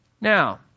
Now